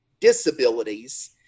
disabilities